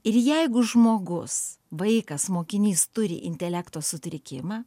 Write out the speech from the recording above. ir jeigu žmogus vaikas mokinys turi intelekto sutrikimą